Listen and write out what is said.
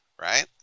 right